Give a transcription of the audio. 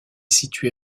situé